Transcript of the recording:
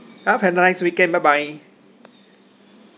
have a nice weekend bye bye